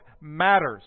matters